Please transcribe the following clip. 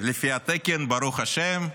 לפי התקן, ברוך השם,